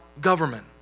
government